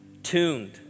Tuned